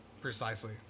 Precisely